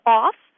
off